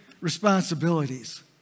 responsibilities